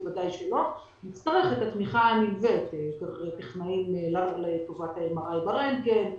נצטרך את התמיכה הנלווית של טכנאים לטובת ה-MRI ברנטגן וכולי.